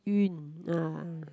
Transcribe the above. Yun ah